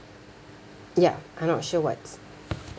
ya I'm not sure what's